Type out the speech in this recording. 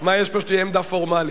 מה יש פה שתהיה עמדה פורמלית?